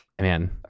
man